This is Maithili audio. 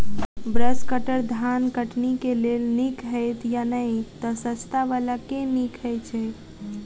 ब्रश कटर धान कटनी केँ लेल नीक हएत या नै तऽ सस्ता वला केँ नीक हय छै?